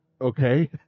Okay